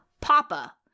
Papa